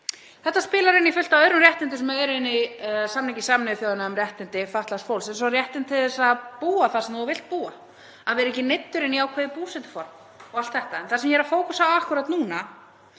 Þetta spilar inn í fullt af öðrum réttindum sem eru í samningi Sameinuðu þjóðanna um réttindi fatlaðs fólks eins og réttinn til að búa þar sem þú vilt búa og vera ekki neyddur inn í ákveðið búsetuform og allt þetta. En það sem ég er að fókusera á akkúrat núna